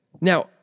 Now